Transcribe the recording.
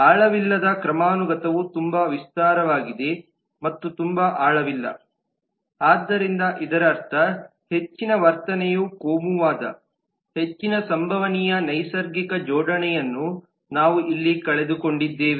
ಆಳವಿಲ್ಲದ ಕ್ರಮಾನುಗತವು ತುಂಬಾ ವಿಸ್ತಾರವಾಗಿದೆ ಮತ್ತು ತುಂಬಾ ಆಳವಿಲ್ಲ ಆದ್ದರಿಂದ ಇದರರ್ಥ ಹೆಚ್ಚಿನ ವರ್ತನೆಯ ಕೋಮುವಾದ ಹೆಚ್ಚಿನ ಸಂಭವನೀಯ ನೈಸರ್ಗಿಕ ಜೋಡಣೆಯನ್ನು ನಾವು ಇಲ್ಲಿ ಕಳೆದುಕೊಂಡಿದ್ದೇವೆ